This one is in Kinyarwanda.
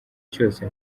cyose